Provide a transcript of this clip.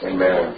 Amen